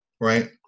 right